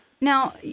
Now